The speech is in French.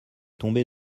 tombé